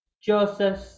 Joseph